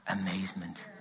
amazement